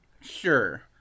Sure